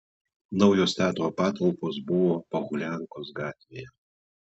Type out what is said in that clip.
naujos teatro patalpos buvo pohuliankos gatvėje